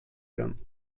werden